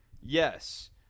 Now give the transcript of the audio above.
Yes